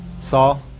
Saul